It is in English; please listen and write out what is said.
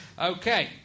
Okay